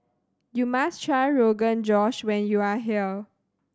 you must try Rogan Josh when you are here